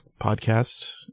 podcast